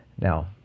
Now